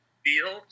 feel